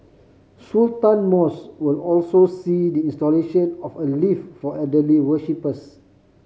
Sultan Mosque will also see the installation of a lift for elderly worshippers